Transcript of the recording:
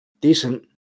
decent